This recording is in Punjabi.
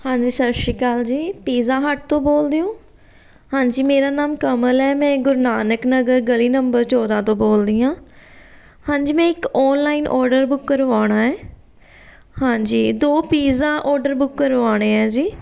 ਹਾਂਜੀ ਸਤਿ ਸ਼੍ਰੀ ਅਕਾਲ ਜੀ ਪੀਜ਼ਾ ਹੱਟ ਤੋਂ ਬੋਲਦੇ ਹੋ ਹਾਂਜੀ ਮੇਰਾ ਨਾਮ ਕਮਲ ਹੈ ਮੈਂ ਗੁਰੂ ਨਾਨਕ ਨਗਰ ਗਲੀ ਨੰਬਰ ਚੌਦ੍ਹਾਂ ਤੋਂ ਬੋਲਦੀ ਹਾਂ ਹਾਂਜੀ ਮੈਂ ਇੱਕ ਔਨਲਾਈਨ ਔਰਡਰ ਬੁੱਕ ਕਰਵਾਉਣਾ ਏ ਹਾਂਜੀ ਦੋ ਪੀਜ਼ਾ ਔਰਡਰ ਬੁੱਕ ਕਰਵਾਉਣੇ ਆ ਜੀ